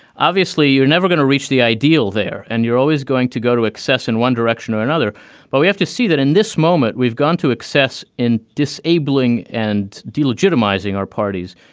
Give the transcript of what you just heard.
obviously, you're never going to reach the ideal there and you're always going to go to excess in one direction or another. but we have to see that in this moment we've gone to excess in disabling and de-legitimizing our parties,